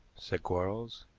said quarles.